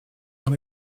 dans